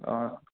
অঁ